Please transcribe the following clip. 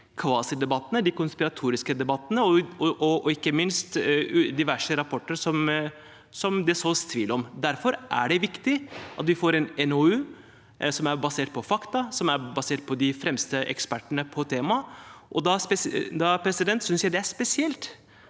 de konspiratoriske debattene og ikke minst diverse rapporter som det sås tvil om. Derfor er det viktig at vi får en NOU som er basert på fakta, og som er basert på de fremste ekspertene på temaet. Da synes jeg det er spesielt